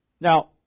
Now